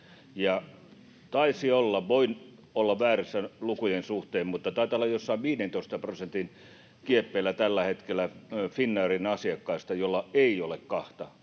taisi olla — voin olla väärässä lukujen suhteen — jossain 15 prosentin kieppeillä tällä hetkellä Finnairin asiakkaista, joilla ei ole kahta